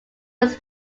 was